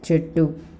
చెట్టు